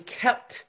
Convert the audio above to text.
kept